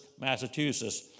Massachusetts